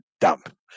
dump